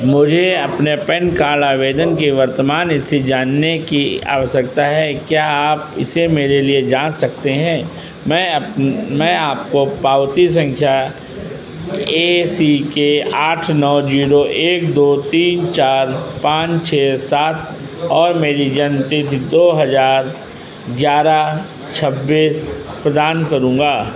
मुझे अपने PAN card आवेदन की वर्तमान स्थिति जानने की आवश्यकता है क्या आप इसे मेरे लिए जाँच सकते हैं मैं आपको मैं आपको पावती संख्या ए सी के आठ नौ जीरो एक दो तीन चार पाँच छः सात और मेरी जन्म तिथि दो हज़ार ग्यारह छब्बीस प्रदान करूँगा